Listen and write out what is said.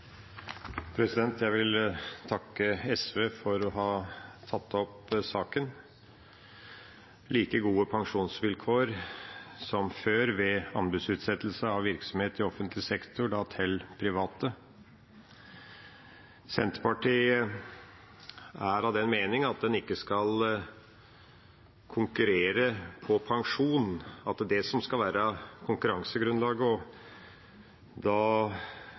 Jeg vil takke SV for at de har tatt opp saken om like gode pensjonsvilkår som før, uavhengig av driftsform, ved anbudsutsetting av virksomhet i offentlig sektor, til private. Senterpartiet er av den mening at man ikke skal konkurrere på pensjon, at det er det som skal være konkurransegrunnlaget.